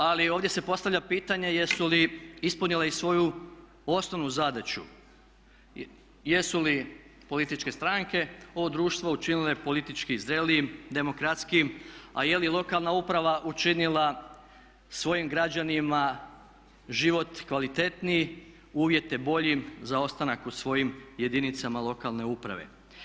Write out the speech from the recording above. Ali ovdje se postavlja pitanje jesu li ispunile i svoju osnovnu zadaću, jesu li političke stranke ovo društvo učinile politički zrelijim, demokratskijim, a je li lokalna uprava učinila svojim građanima život kvalitetniji, uvjete boljim za ostanak u svojim jedinicama lokalne uprave.